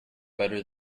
better